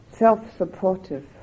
self-supportive